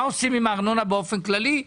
לגבי מה עושים עם הארנונה באופן כללי,